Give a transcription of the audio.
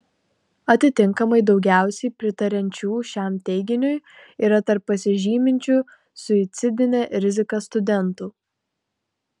atitinkamai daugiausiai pritariančių šiam teiginiui yra tarp pasižyminčių suicidine rizika studentų